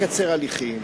לקצר הליכים,